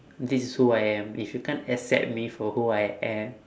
this is who I am if you can't accept me for who I am